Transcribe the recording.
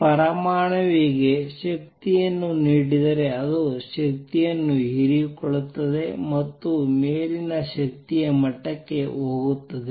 ಪರಮಾಣುವಿಗೆ ಶಕ್ತಿಯನ್ನು ನೀಡಿದರೆ ಅದು ಶಕ್ತಿಯನ್ನು ಹೀರಿಕೊಳ್ಳುತ್ತದೆ ಮತ್ತು ಮೇಲಿನ ಶಕ್ತಿಯ ಮಟ್ಟಕ್ಕೆ ಹೋಗುತ್ತದೆ